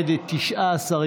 היושב-ראש,